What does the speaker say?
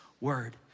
word